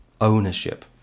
ownership